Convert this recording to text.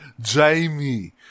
Jamie